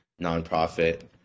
nonprofit